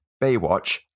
Baywatch